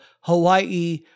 Hawaii